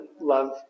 love